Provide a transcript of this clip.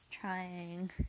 trying